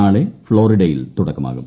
നാളെ ഫ്ളോറിഡയിൽ തുടക്കമാകും